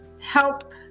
help